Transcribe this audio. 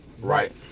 Right